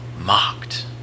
mocked